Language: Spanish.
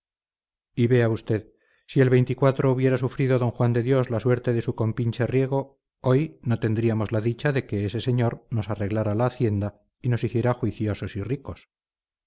y vea usted si el hubiera sufrido d juan de dios la suerte de su compinche riego hoy no tendríamos la dicha de que ese señor nos arreglara la hacienda y nos hiciera juiciosos y ricos